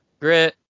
Grit